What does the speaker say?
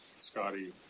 Scotty